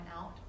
out